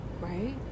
Right